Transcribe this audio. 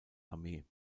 armee